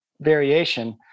variation